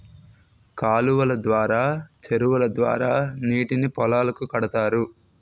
కాలువలు ద్వారా చెరువుల ద్వారా నీటిని పొలాలకు కడతారు